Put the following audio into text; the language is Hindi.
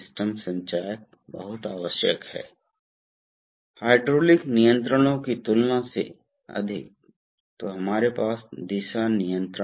तो आनुपातिक वाल्व इस खुले या आंशिक बंद लूप नियंत्रण का उपयोग करते हैं और वे बहुत अधिक विशिष्ट उपकरण हैं